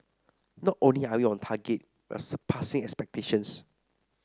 not only are we on target we are surpassing expectations